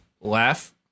laugh